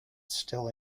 still